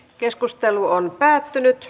keskustelu päättyi